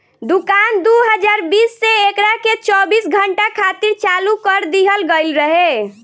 दुकान दू हज़ार बीस से एकरा के चौबीस घंटा खातिर चालू कर दीहल गईल रहे